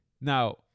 Now